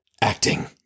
Acting